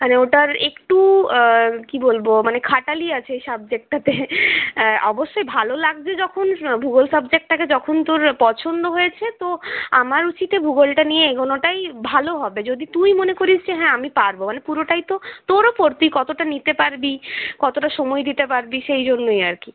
মানে ওটার একটু কি বলবো মানে খাটনি আছে সাবজেক্টাতে অবশ্যই ভালো লাগছে যখন ভূগোল সাবজেক্টটাকে যখন তোর পছন্দ হয়েছে আমার উচিতে ভূগোলটা নিয়ে এগোনো টাই ভালো হবে যদি তুই মনে করিস যে হ্যাঁ আমি পারবো মানে পুরোটাই তো তোর উপর তুই কতটা নিতে পারবি কতটা সময় দিতে পারবি সেইজন্যই আরকি